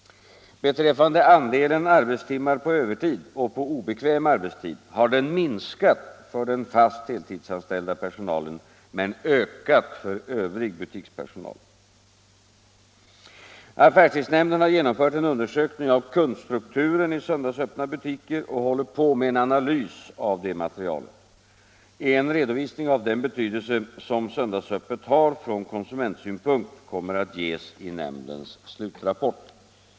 Beträffande andelen arbetstimmar på övertid och på obekväm arbetstid har den minskat för den fast heltidsanställda personalen men ökat för övrig butikspersonal. Affärstidsnämnden har genomfört en undersökning av kundstrukturen i söndagsöppna butiker och håller på med en analys av materialet. En redovisning av den betydelse som söndagsöppet har från konsumentsynpunkt kommer att ges i nämndens slutrapport.